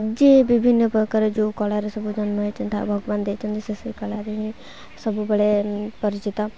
ଯିଏ ବିଭିନ୍ନ ପ୍ରକାର ଯୋଉ କଳାରେ ସବୁ ଜନ୍ମ ହେଇଛନ୍ତି ତା ଭଗବାନ ଦେଇଛନ୍ତି ସେ କଳାରେ ହିଁ ସବୁବେଳେ ପରିଚିତ